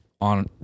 on